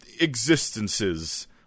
existences